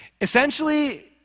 Essentially